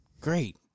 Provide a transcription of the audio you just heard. Great